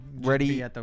Ready